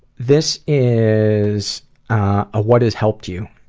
this is a what has helped you?